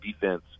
defense